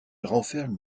renferme